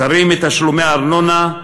קרי, מתשלומי ארנונה,